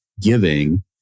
giving